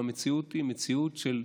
והמציאות היא לא